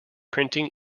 printing